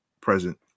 present